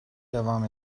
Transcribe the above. devam